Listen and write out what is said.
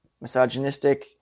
misogynistic